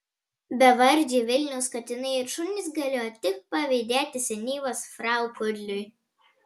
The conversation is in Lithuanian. bevardžiai vilniaus katinai ir šunys galėjo tik pavydėti senyvos frau kudliui